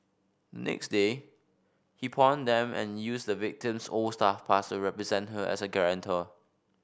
next day he pawned them and used the victim's old staff pass a represent her as a guarantor